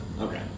Okay